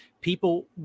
People